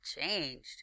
changed